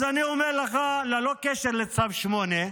אז אני אומר לך, ללא קשר לצו 8,